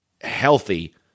healthy